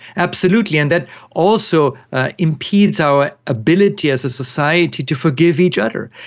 absolutely, and that also impedes our ability as a society to forgive each other,